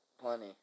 plenty